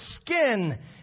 skin